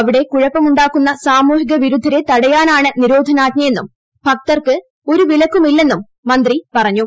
അവിടെ കുഴപ്പമുണ്ടാക്കുന്ന സാമൂഹിക വിരുദ്ധരെ തടയാനാണ് നിരോധനാജ്ഞയെന്നും ഭക്തർക്ക് ഒരു വിലക്കുമില്ലെന്നും മന്ത്രി പറഞ്ഞു